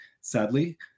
Sadly